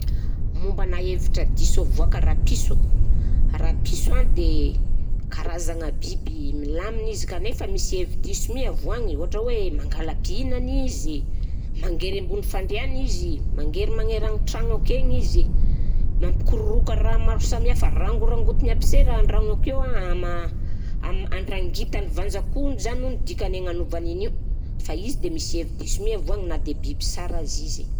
Mombanà hevitra diso avoaka rapiso, rapiso a de karazagna biby milamina izy kanefa misy hevi-diso mi avoagny ohatra hoe mangala-pihinana izy, mangery ambony fandriàna izy, mangery magneran'ny tragno akeny izy, mampikororoka raha maro samihafa rangorangotiny aby se raha an-drano akeo an, ama- am- andrangitany vazan-kohony zany hono dikany agnanaovany an'io fa izy dia misy hevi-diso mi avoagny na dia biby sara aza izy.